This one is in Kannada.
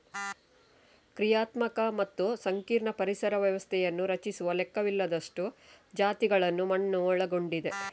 ಕ್ರಿಯಾತ್ಮಕ ಮತ್ತು ಸಂಕೀರ್ಣ ಪರಿಸರ ವ್ಯವಸ್ಥೆಯನ್ನು ರಚಿಸುವ ಲೆಕ್ಕವಿಲ್ಲದಷ್ಟು ಜಾತಿಗಳನ್ನು ಮಣ್ಣು ಒಳಗೊಂಡಿದೆ